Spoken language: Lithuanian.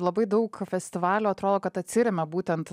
labai daug festivalių atrodo kad atsiremia būtent